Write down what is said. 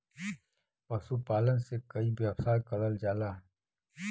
पशुपालन से कई व्यवसाय करल जाला